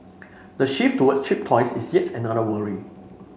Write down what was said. the shift toward cheap toys is yet another worry